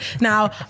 Now